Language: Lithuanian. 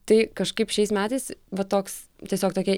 tai kažkaip šiais metais va toks tiesiog tokia